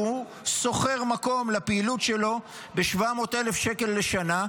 והוא שוכר מקום לפעילות שלו ב-700,000 שקלים לשנה,